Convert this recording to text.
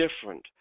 different